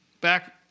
back